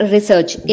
Research